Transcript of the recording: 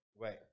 Right